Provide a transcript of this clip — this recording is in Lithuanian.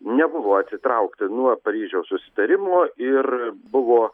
nebuvo atsitraukta nuo paryžiaus susitarimo ir buvo